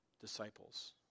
disciples